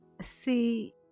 See